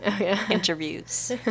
interviews